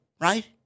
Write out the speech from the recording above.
right